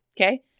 Okay